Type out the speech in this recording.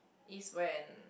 is when